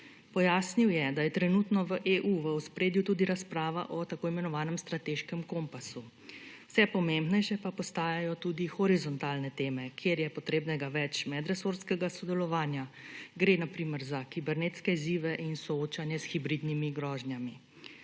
Pojasnil je, da je trenutno v EU v ospredju tudi razprava o tako imenovanem strateškem kompasu, vse pomembnejše pa postajajo tudi horizontalne teme, kjer je potrebnega več medresorskega sodelovanja. Gre na primer za kibernetske izzive in soočanje s hibridnimi grožnjami.